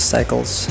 Cycles